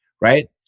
right